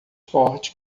forte